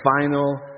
final